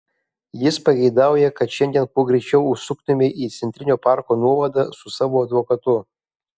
jis pageidauja kad šiandien kuo greičiau užsuktumei į centrinio parko nuovadą su savo advokatu